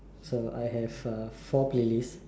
so I have uh four playlist